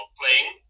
playing